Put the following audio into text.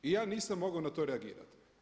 I ja nisam mogao na to reagirati.